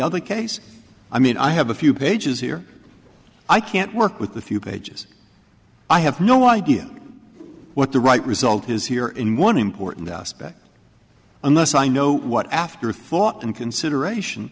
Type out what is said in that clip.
other case i mean i have a few pages here i can't work with a few pages i have no idea what the right result is here in one important aspect unless i know what after thought and consideration